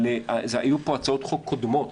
היו פה הצעות חוק קודמות,